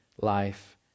life